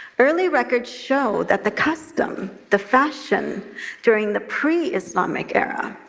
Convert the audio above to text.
early records show that the custom, the fashion during the pre-islamic era,